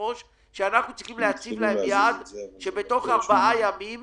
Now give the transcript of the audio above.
אנחנו צריכים להציב להם יעד שבתוך ארבעה ימים